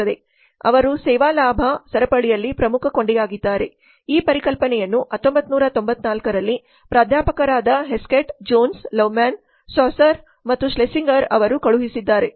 ಅವರು ಸೇವಾ ಲಾಭ ಸರಪಳಿಯಲ್ಲಿ ಪ್ರಮುಖ ಕೊಂಡಿಯಾಗಿದ್ದಾರೆ ಈ ಪರಿಕಲ್ಪನೆಯನ್ನು 1994 ರಲ್ಲಿ ಪ್ರಾಧ್ಯಾಪಕರಾದ ಹೆಸ್ಕೆಟ್ ಜೋನ್ಸ್ ಲವ್ಮ್ಯಾನ್ ಸಾಸರ್ ಮತ್ತು ಶ್ಲೆಸಿಂಗರ್ ಅವರು ಕಳುಹಿಸಿದ್ದಾರೆ